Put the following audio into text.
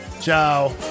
Ciao